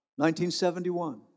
1971